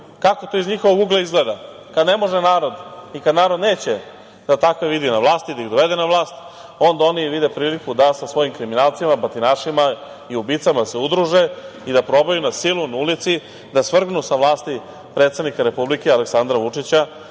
kako to iz njihovog ugla izgleda, kada ne može narod i kada narod neće da takve vidi na vlasti i da ih gleda na vlast, onda oni vide priliku da sa svojim kriminalcima, batinašima i ubicama se udruže i da probaju na silu, na ulici da svrgnu sa vlasti predsednika Republike Aleksandra Vučića